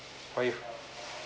what if